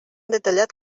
detallat